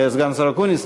לסגן השר אקוניס,